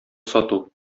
сату